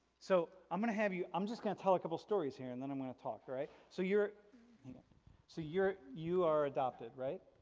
so i'm gonna have you, i'm just gonna tell a couple stories here and then i'm gonna talk, right? so you're you know so you're you are adopted, right?